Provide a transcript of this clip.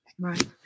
Right